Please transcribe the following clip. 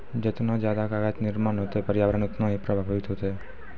जतना जादे कागज निर्माण होतै प्रर्यावरण उतना ही प्रभाबित होतै